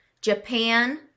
Japan